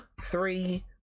three